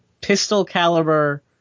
pistol-caliber